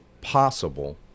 possible